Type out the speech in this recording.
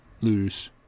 lose